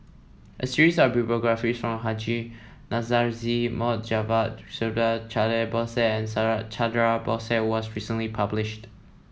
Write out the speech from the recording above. a series of biographies from Haji Namazie Mohd Javad Subhas Chandra Bose and Subhas Chandra Bose was recently published